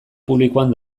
publikoan